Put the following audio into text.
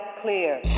clear